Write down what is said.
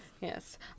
Yes